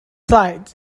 side